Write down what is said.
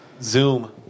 zoom